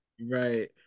Right